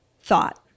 thought